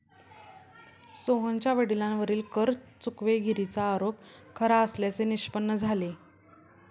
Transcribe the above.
सोहनच्या वडिलांवरील कर चुकवेगिरीचा आरोप खरा असल्याचे निष्पन्न झाले